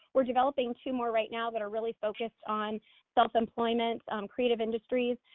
we're developing two more right now that are really focused on self-employment, um creative industries,